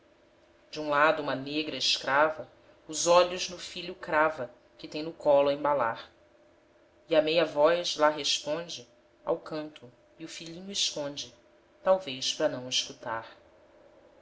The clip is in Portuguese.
de um lado uma negra escrava os olhos no filho crava que tem no colo a embalar e à meia voz lá responde ao canto e o filhinho esconde talvez pra não o escutar